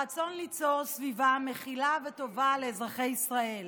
הרצון ליצור סביבה מכילה וטובה לאזרחי ישראל